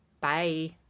bye